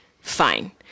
Fine